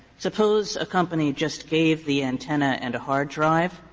suppose a company just gave the antenna and a hard drive,